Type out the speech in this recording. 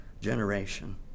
generation